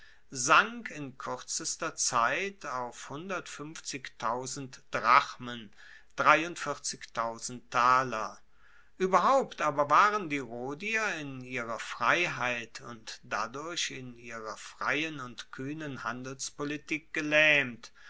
sank in kuerzester zeit auf drachmen ueberhaupt aber waren die rhodier in ihrer freiheit und dadurch in ihrer freien und kuehnen handelspolitik gelaehmt